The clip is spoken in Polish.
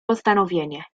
postanowienie